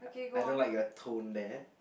I don't like your tone there